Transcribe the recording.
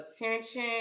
attention